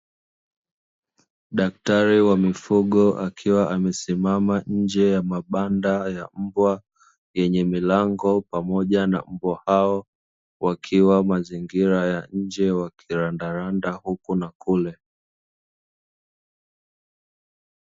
Daktari wa mifugo akiwa amesimama nje ya mabanda ya mbwa, yenye milango pamoja na mbwa hao wakiwa mazingira ya nje wakirandaranda huku na kule.